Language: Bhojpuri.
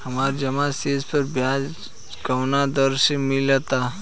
हमार जमा शेष पर ब्याज कवना दर से मिल ता?